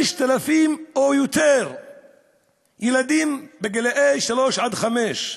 5,000 או יותר ילדים גילאי שלוש עד חמש,